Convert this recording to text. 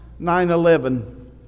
9-11